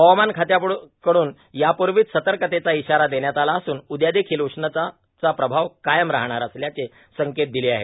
हवामान खात्याकडून यापूर्वीच सतर्कतेचा इशारा देण्यात आला असून उद्यादेखील उष्णाचा प्रभाव कायम राहणार असल्याचे संकेत दिले आहेत